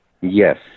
yes